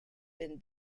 been